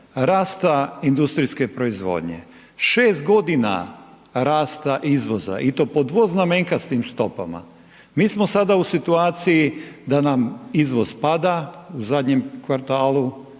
rasta industrijske proizvodnje, 6.g. rasta izvoza i to po dvoznamenkastim stopama, mi smo sada u situaciji da nam izvoz pada u zadnjem kvartalu,